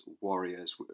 warriors